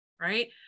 Right